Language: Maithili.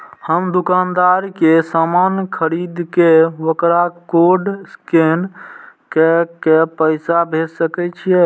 हम दुकानदार के समान खरीद के वकरा कोड स्कैन काय के पैसा भेज सके छिए?